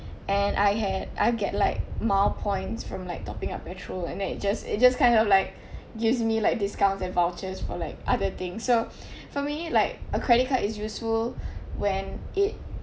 and I had I get like mile points from like topping up petrol and then it just it just kind of like gives me like discounts and vouchers for like other thing so for me like a credit card is useful when it